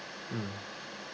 mmhmm